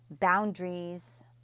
boundaries